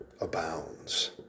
abounds